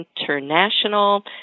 International